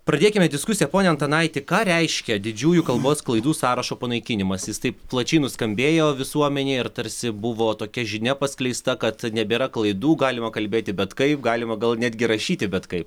pradėkime diskusiją pone antanaiti ką reiškia didžiųjų kalbos klaidų sąrašo panaikinimas jis taip plačiai nuskambėjo visuomenėje ir tarsi buvo tokia žinia paskleista kad nebėra klaidų galima kalbėti bet kaip galima gal netgi rašyti bet kaip